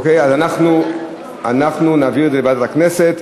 אוקיי, אז אנחנו נעביר את זה לוועדת הכנסת.